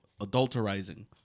adulterizing